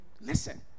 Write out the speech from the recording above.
listen